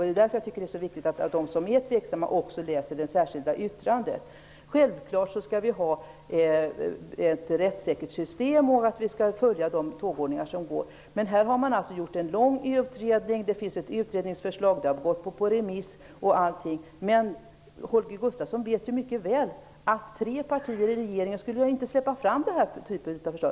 Det är därför som det är så viktigt att de som är tveksamma också läser det särskilda yttrandet. Självfallet skall vi ha ett rättssäkert system och följa de tågordningar som finns. Men i den här frågan har man gjort en lång utredning. Det finns ett utredningsförslag som har gått på remiss. Men Holger Gustafsson vet ju mycket väl att tre partier i regeringen inte skulle släppa igenom den här typen av förslag.